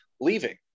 leaving